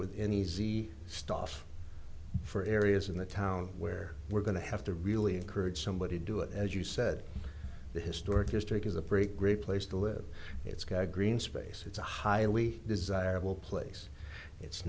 within easy stuff for areas in the town where we're going to have to really encourage somebody to do it as you said the historic district is a break great place to live it's got a green space it's a highly desirable place it's